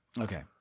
Okay